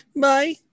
Bye